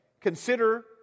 Consider